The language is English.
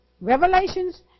Revelations